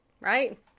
right